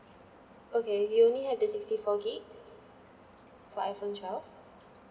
okay you only have the sixty four GIG for iphone twelve